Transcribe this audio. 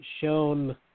shown